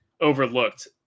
overlooked